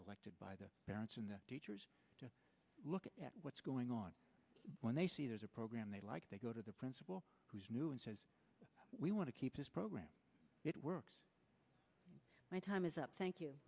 elected by the parents and the teachers to look at what's going on when they see there's a program they like they go to the principal who's new and says we want to keep this program it works my time is up thank you